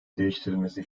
değiştirilmesi